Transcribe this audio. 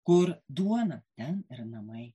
kur duona ten ir namai